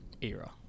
era